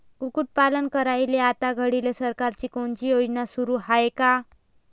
कुक्कुटपालन करायले आता घडीले सरकारची कोनची योजना सुरू हाये का?